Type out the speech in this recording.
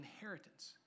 inheritance